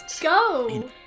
Go